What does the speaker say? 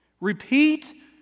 Repeat